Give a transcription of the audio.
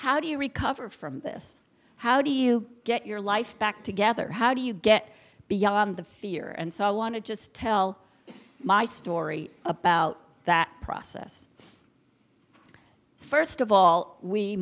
you recover from this how do you get your life back together how do you get beyond the fear and so i want to just tell my story about that process first of all we